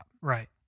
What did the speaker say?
Right